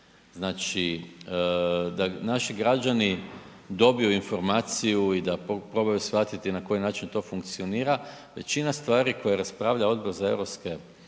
Znači da naši građani dobiju informaciju i da probaju shvatiti na koji način to funkcionira. Većina stvari koje raspravlja Odbor za eu